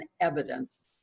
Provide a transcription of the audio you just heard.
evidence